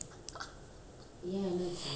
he was pissed at them